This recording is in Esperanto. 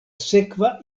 sekva